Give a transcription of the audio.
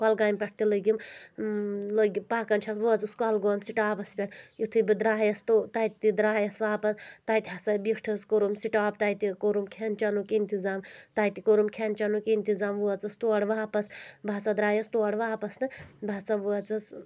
کۄلگامہِ پیٚٹھ تہٕ لٔگِم لٔگۍ پَکان چھس بہٕ وٲژٕس کۄلگوم سِٹاپَس پیٚٹھ یِتھُے بہٕ درٛایس تہٕ تتہِ تہِ درٛایس واپَس تتہِ ہَسا بیٖٹھٕس کوٚرُم سِٹاپ تتہِ کوٚرُم کھٮ۪ن چٮ۪نُک اِنتظام تَتہِ کوٚرُم کھٮ۪ن چٮ۪نُک اِنتظام وٲژٕس تورٕ واپَس بہٕ ہَسا درٛایس تورٕ واپَس تہٕ بہٕ ہَسا وٲژٕس